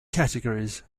categories